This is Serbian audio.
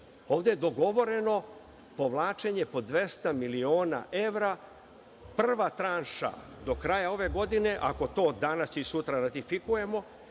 Ovde je dogovoreno povlačenje po 200 miliona evra, prava tranša do kraja ove godine, ako to danas i sutra ratifikujemo,